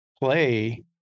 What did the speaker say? play